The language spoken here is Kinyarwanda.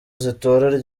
z’itora